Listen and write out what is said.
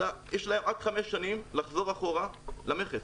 יש להם עד חמש שנים לחזור אחורה למכס.